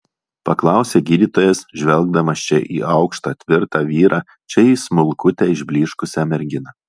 paklausė gydytojas žvelgdamas čia į aukštą tvirtą vyrą čia į smulkutę išblyškusią merginą